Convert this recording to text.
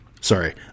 sorry